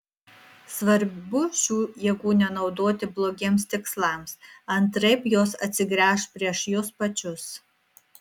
svarbu šių jėgų nenaudoti blogiems tikslams antraip jos atsigręš prieš jus pačius